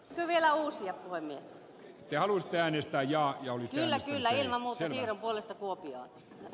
ja vielä uusia voimia ja alustaäänistä ja yöllä lähellä muslimien vahingossa ei